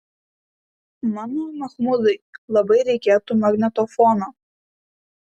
mano machmudui labai reikėtų magnetofono